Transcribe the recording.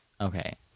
Okay